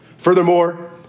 Furthermore